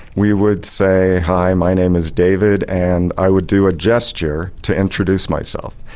we would say hi, my name is david and i would do a gesture to introduce myself.